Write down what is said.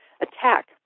attack